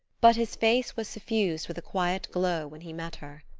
but his face was suffused with a quiet glow when he met her.